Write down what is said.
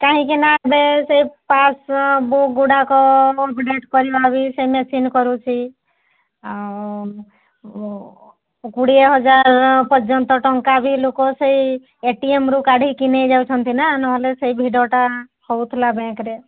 କାହିଁକିନା ଏବେ ସେ ପାସବୁକ୍ ଗୁଡ଼ାକ ଅପ୍ ଟୁ ଡେଟ୍ କରିବା ବି ସେ ମେସିନ୍ କରୁଛି ଆଉ କୋଡ଼ିଏ ହଜାର ପର୍ଯ୍ୟନ୍ତ ଟଙ୍କା ବି ଲୋକ ସେଇ ଏଟିଏମ୍ରୁ କାଢ଼ିକି ନେଇଯାଉଛନ୍ତି ନା ନହେଲେ ସେ ଭିଡ଼ଟା ହେଉଥିଲା ବ୍ୟାଙ୍କ୍ରେ